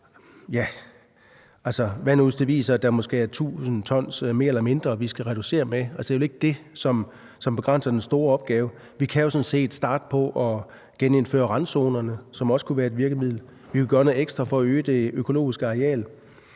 nu, hvis den viser, at det måske er 1.000 t, mere eller mindre, vi skal reducere med? Det er vel ikke det, som begrænser den store opgave. Vi kan jo sådan set starte på at genindføre randzonerne, som også kunne være et virkemiddel. Vi vil gøre noget ekstra for at øge det økologiske areal.